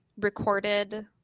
recorded